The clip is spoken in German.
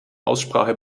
aussprache